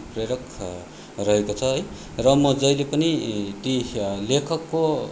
उत्प्रेरक रहेको छ है र म जहिले पनि ती लेखकको